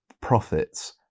profits